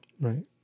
right